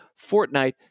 Fortnite